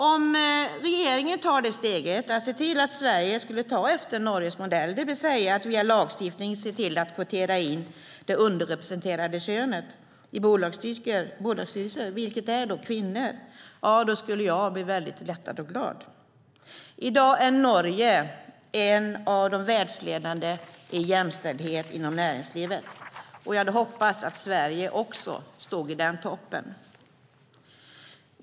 Om regeringen skulle ta steget att se till att Sverige tar efter Norges modell, det vill säga att via lagstiftning kvotera in det underrepresenterade könet i bolagsstyrelser, vilket då är kvinnor, skulle jag bli väldigt lättad och glad. I dag är Norge en av de världsledande i fråga om jämställdhet inom näringslivet. Jag hade hoppats att Sverige också skulle vara i toppen.